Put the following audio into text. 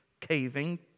caving